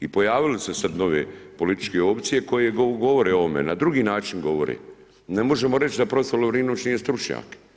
I pojavile su se nove političke opcije koje govore o ovome na drugi način govore, ne možemo reći da prof. Lovrinović nije stručnjak.